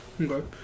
Okay